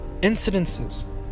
incidences